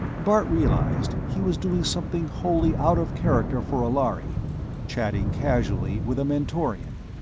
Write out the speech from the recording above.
bart realized he was doing something wholly out of character for a lhari chatting casually with a mentorian.